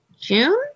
June